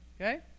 Okay